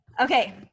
Okay